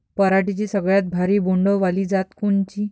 पराटीची सगळ्यात भारी बोंड वाली जात कोनची?